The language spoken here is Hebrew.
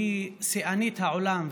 היא שיאנית העולם,